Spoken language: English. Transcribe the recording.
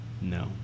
No